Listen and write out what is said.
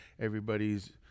everybody's